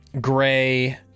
gray